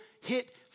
hit